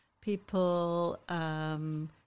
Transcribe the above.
people